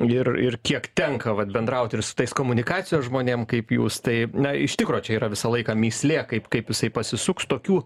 ir ir kiek tenka vat bendraut ir su tais komunikacijos žmonėm kaip jūs tai na iš tikro čia yra visą laiką mįslė kaip kaip jisai pasisuks tokių